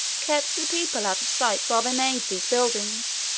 kept the people out of sight while they made these buildings,